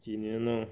几年 lor